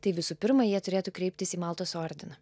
tai visų pirma jie turėtų kreiptis į maltos ordiną